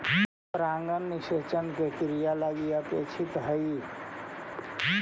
परागण निषेचन के क्रिया लगी अपेक्षित हइ